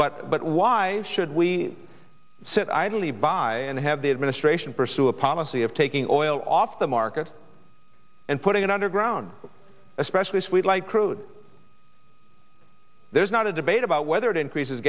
but but why should we sit idly by and have the administration pursue a policy of taking all off the market and putting it underground especially sweet like crude there's not a debate about whether it increases